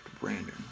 Brandon